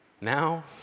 Now